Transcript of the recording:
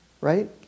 right